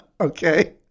Okay